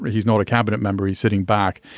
he's not a cabinet member. he's sitting back,